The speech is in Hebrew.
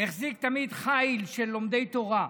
החזיק תמיד חיל של לומדי תורה.